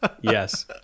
yes